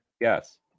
Yes